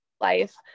life